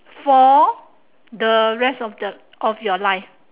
for the rest of their of your life